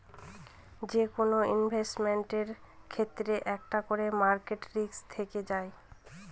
যেকোনো ইনভেস্টমেন্টের ক্ষেত্রে একটা করে মার্কেট রিস্ক থেকে যায়